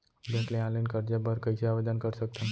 Bank ले online करजा बर कइसे आवेदन कर सकथन?